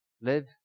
Live